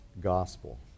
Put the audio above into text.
gospel